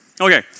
Okay